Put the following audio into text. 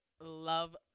love